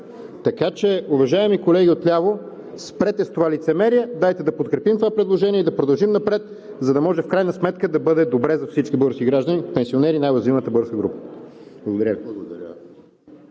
Така че, уважаеми колеги отляво, спрете с това лицемерие! Дайте да подкрепим това предложение и да продължим напред, за да може в крайна сметка за бъде добре за всички български граждани пенсионери – най-уязвимата българска група. Благодаря